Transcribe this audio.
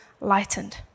lightened